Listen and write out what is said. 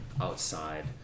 outside